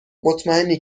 مطمئنی